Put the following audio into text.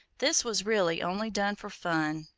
this was really only done for fun,